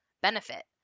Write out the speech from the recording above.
benefit